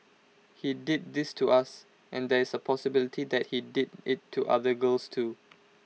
he did this to us and there is A possibility that he did IT to other girls too